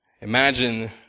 Imagine